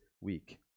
week